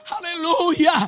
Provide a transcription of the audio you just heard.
Hallelujah